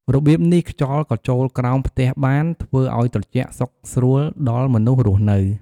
របៀបនេះ ខ្យល់ក៏ចូលក្រោមផ្ទះបាន ធ្វើឲ្យត្រជាក់សុខស្រួលដល់មនុស្សរស់នៅ។